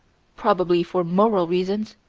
probably for moral reasons,